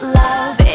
love